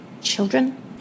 children